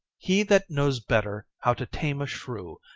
he that knows better how to tame a shrew,